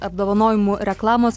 apdovanojimų reklamos